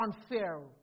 unfair